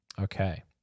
Okay